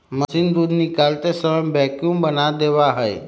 machine दूध निकालते समय वैक्यूम बना देवा हई